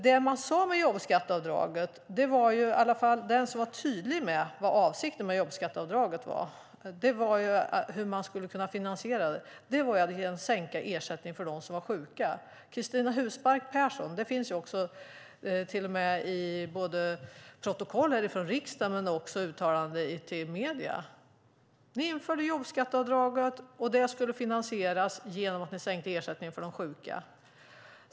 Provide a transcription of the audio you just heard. Den som var tydlig om avsikten med jobbskatteavdraget var Cristina Husmark Pehrsson. Man skulle finansiera det genom sänkt ersättning för dem som var sjuka. Ni införde jobbskatteavdraget, och det skulle finansieras genom att ni sänkte ersättningen för de sjuka.